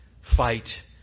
fight